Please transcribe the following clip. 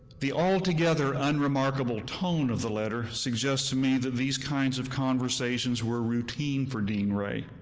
the altogether unremarkable tone of the letter suggests to me that these kinds of conversations were routine for dean wray,